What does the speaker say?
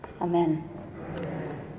Amen